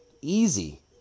easy